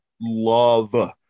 love